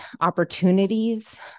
opportunities